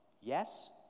yes